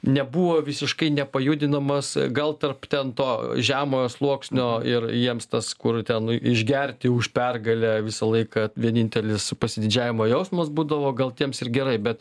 nebuvo visiškai nepajudinamas gal tarp ten to žemojo sluoksnio ir jiems tas kur ten išgerti už pergalę visą laiką vienintelis pasididžiavimo jausmas būdavo gal tiems ir gerai bet